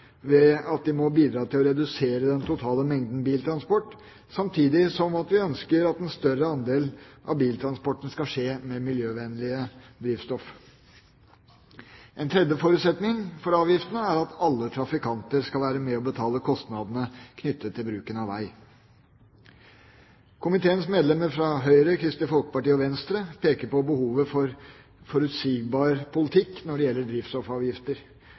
ved at de må bidra til å redusere den totale mengden biltransport, samtidig som vi ønsker at en større andel av biltransporten skal skje med miljøvennlig drivstoff. En tredje forutsetning for avgiftene er at alle trafikanter skal være med på å betale kostnadene knyttet til bruken av vei. Komiteens medlemmer fra Høyre, Kristelig Folkeparti og Venstre peker på behovet for forutsigbar politikk når det gjelder drivstoffavgifter.